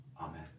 Amen